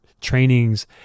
trainings